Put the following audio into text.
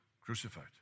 crucified